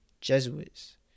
jesuits